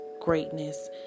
greatness